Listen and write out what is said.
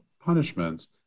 punishments